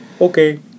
okay